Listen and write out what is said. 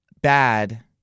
bad